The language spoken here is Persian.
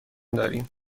داریم